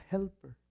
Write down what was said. Helper